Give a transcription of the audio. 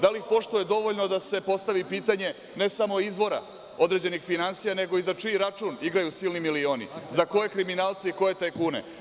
Da li ih poštuje dovoljno da se postavi pitanje ne samo izvora određenih finansija, nego i za čiji račun igraju silni milioni, za koje kriminalce i koje tajknune?